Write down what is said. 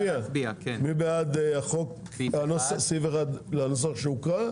אין שום בעיה, אני ומירב נצביע על הכול.